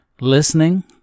listening